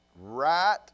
Right